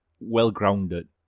well-grounded